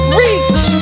reach